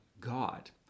God